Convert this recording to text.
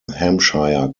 hampshire